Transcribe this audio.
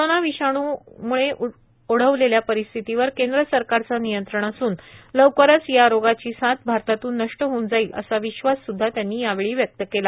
corona विषाणूंमुळे ओढवलेल्या परिस्थितीवर केंद्र सरकारचे नियंत्रण असून लवकरच या रोगाची साथ भारतातून नष्ट होऊन जाईल असा विश्वास सुद्धा त्यांनी यावेळी व्यक्त केला